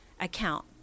account